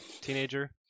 teenager